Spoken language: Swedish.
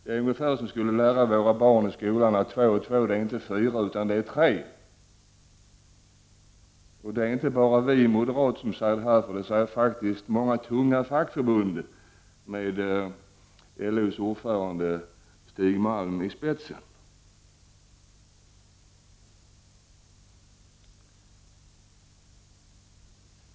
Det är ungefär som att lära barnen i skolan att två plus två inte är fyra utan tre. Det är inte bara vi moderater som säger detta utan faktiskt många tunga fackförbund, med LO:s ordförande Stig Malm i spetsen.